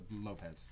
Lopez